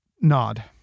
Nod